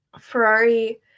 Ferrari